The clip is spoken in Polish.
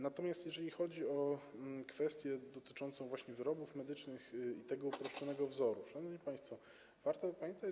Natomiast jeżeli chodzi o kwestię dotyczącą wyrobów medycznych i tego uproszczonego wzoru, to, szanowni państwo, warto o czymś pamiętać.